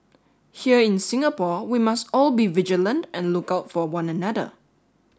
here in Singapore we must all be vigilant and look out for one another